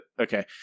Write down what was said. okay